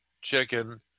chicken